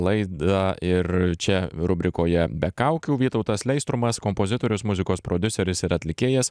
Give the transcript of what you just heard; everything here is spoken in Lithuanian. laidą ir čia rubrikoje be kaukių vytautas leistrumas kompozitorius muzikos prodiuseris ir atlikėjas